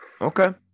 Okay